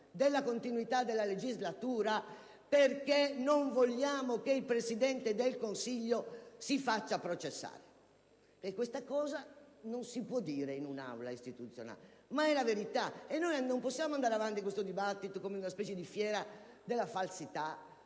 della continuità della legislatura, perché non vogliamo che il Presidente del Consiglio si faccia processare». Questa cosa non si può dire in un'Aula istituzionale, ma è la verità. Non possiamo andare avanti con questo dibattito come in una specie di fiera della falsità,